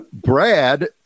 Brad